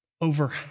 Over